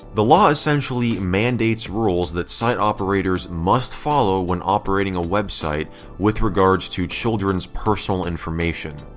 the law essentially mandates rules that site operators must follow when operating a website with regards to children's personal information.